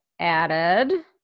Added